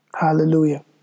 Hallelujah